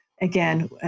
again